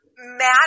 Mad